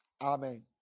Amen